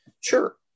Sure